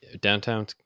downtown